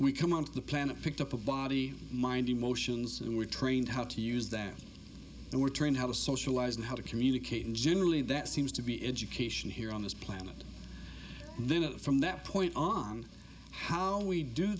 we come on the planet picked up a body mind emotions we were trained how to use that we were trained how to socialize and how to communicate and generally that seems to be education here on this planet then it from that point on how we do